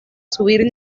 subir